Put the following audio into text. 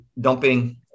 dumping